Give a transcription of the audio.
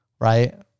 right